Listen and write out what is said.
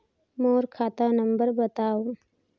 मोर खाता नम्बर बताव?